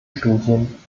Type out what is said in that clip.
studien